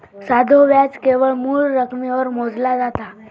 साधो व्याज केवळ मूळ रकमेवर मोजला जाता